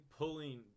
pulling